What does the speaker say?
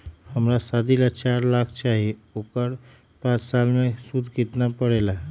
हमरा शादी ला चार लाख चाहि उकर पाँच साल मे सूद कितना परेला?